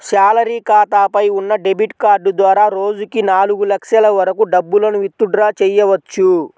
salary ఖాతాపై ఉన్న debit card ద్వారా రోజుకి నాలుగు లక్షల వరకు డబ్బులను విత్ డ్రా చెయ్యవచ్చు